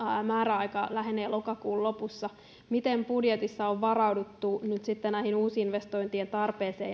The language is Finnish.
määräaika lähenee lokakuun lopussa miten budjetissa on varauduttu nyt sitten näiden uusinvestointien tarpeeseen